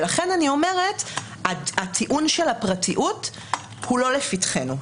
לכן הטיעון של הפרטיות הוא לא לפתחנו.